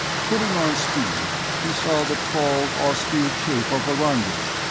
putting on speed, he saw the tall, austere shape of vorongil,